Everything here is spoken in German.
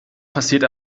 passiert